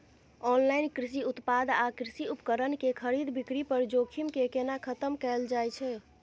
Online कृषि उत्पाद आ कृषि उपकरण के खरीद बिक्री पर जोखिम के केना खतम कैल जाए छै?